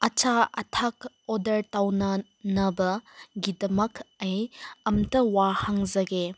ꯑꯆꯥ ꯑꯊꯛ ꯑꯣꯔꯗꯔ ꯇꯧꯅꯅꯕꯒꯤꯗꯃꯛ ꯑꯩ ꯑꯝꯇ ꯋꯥ ꯍꯪꯖꯒꯦ